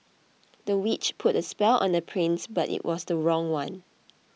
the witch put a spell on the prince but it was the wrong one